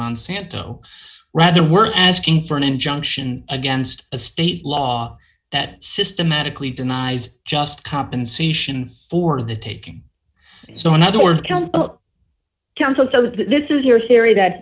monsanto rather were asking for an injunction against a state law that systematically denies just compensation for the taking so in other words county council so this is your theory that